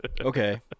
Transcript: okay